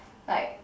like